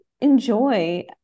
enjoy